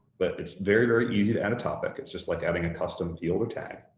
but it's very, very easy to add a topic. it's just like adding a custom field or tag,